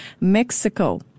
Mexico